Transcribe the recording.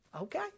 okay